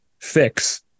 fix